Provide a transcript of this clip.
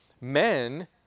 men